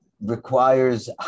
requires